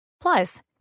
Plus